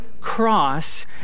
cross